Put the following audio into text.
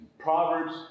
Proverbs